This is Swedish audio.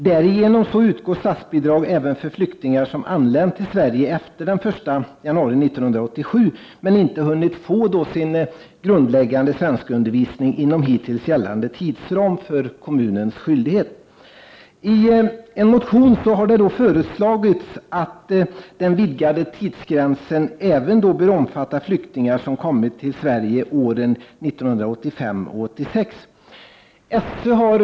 Därigenom utgår statsbidrag även för flyktingar som anlänt till Sverige efter den 1 januari 1987 men som inte har hunnit få sin grundläggande svenskundervisning inom den tidsram som har gällt för kommunernas skyldighet. I en motion har det föreslagits att den vidgade tidsgränsen bör omfatta även flyktingar som kommit till Sverige under år 1985 och 1986.